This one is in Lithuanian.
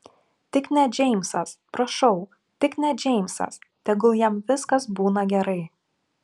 tik ne džeimsas prašau tik ne džeimsas tegul jam viskas būna gerai